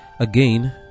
Again